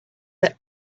that